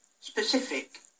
specific